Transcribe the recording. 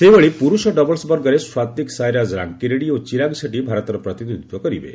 ସେହିଭଳି ପୁରୁଷ ଡବଲ୍ସ ବର୍ଗରେ ସାତ୍ସିକ ସାଇରାଜ ରାଙ୍କିରେଡ୍ରୀ ଓ ଚିରାଗ ସେଟ୍ଟ ଭାରତର ପ୍ରତିନିଧିତ୍ୱ କରିବେ